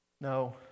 No